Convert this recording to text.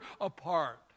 apart